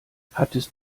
hattest